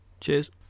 Cheers